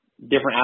Different